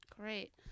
Great